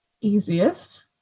easiest